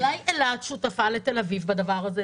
אולי אילת שותפה לתל אביב בדבר הזה?